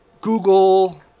Google